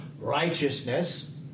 righteousness